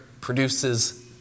produces